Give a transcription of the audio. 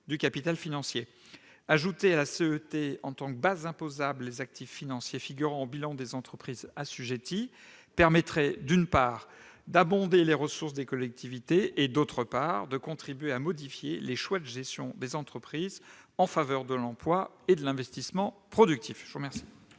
du capital financier. Ajouter à la CET en tant que base imposable les actifs financiers figurant au bilan des entreprises assujetties permettrait, d'une part, d'abonder les ressources des collectivités territoriales, et, d'autre part, de contribuer à modifier les choix de gestion des entreprises en faveur de l'emploi et de l'investissement productif. Quel